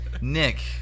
Nick